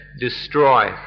destroy